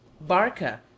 Barca